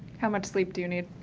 how much sleep do you need?